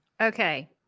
Okay